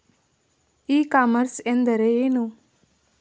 E commerce ಎಂದರೆ ಏನು?